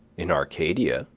in arcadia,